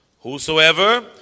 Whosoever